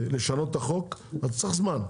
לשנות את החוק אז צריך זמן,